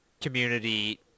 community